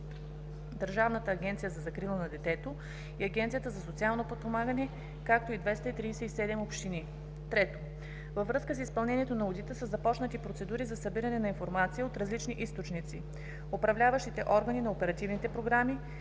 Държавната агенция за закрила на детето и Агенцията за социално подпомагане, както и 237 общини. 3. Във връзка с изпълнението на одита са започнати процедури за събиране на информация от различни източници – управляващите органи на оперативните програми,